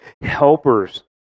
helpers